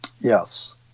Yes